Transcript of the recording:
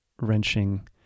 Wrenching